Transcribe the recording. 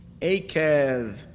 Akev